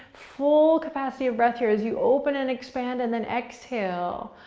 full capacity of breath here as you open and expand and then exhale.